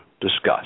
discussed